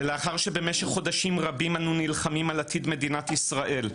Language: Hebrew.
ולאחר שבמשך חודשים רבים אנו נלחמים על עתיד מדינת ישראל,